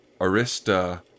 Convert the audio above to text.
Arista